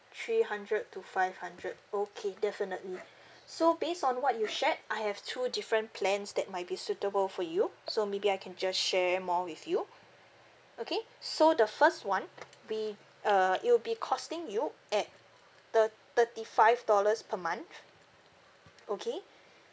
three hundred to five hundred okay definitely so based on what you shared I have two different plans that might be suitable for you so maybe I can just share more with you okay so the first one we uh it will be costing you at thir~ thirty five dollars per month okay